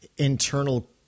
internal